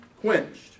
quenched